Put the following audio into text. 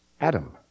Adam